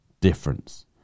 difference